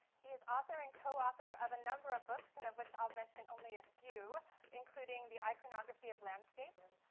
he is author and co-author of a number of books and of which i'll mention only a few including the iconography of landscapes,